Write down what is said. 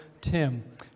Tim